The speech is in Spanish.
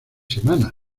semanas